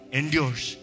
endures